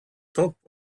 top